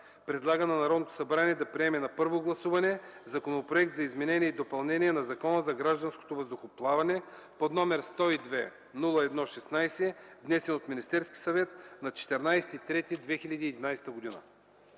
предлага на Народното събрание да приеме на първо гласуване Законопроект за изменение и допълнение на Закона за гражданското въздухоплаване, № 102 01 16, внесен от Министерския съвет на 14 март 2011 г.”